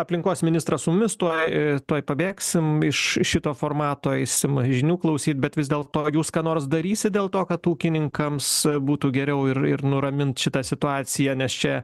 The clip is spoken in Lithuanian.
aplinkos ministras su mumis tuoj i tuoj pabėgsim iš iš šito formato eisima į žinių klausyt bet vis dėlto jūs ką nors darysit dėl to kad ūkininkams e būtų geriau ir ir nuramint šitą situaciją nes čia